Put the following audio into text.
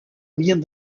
havien